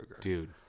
Dude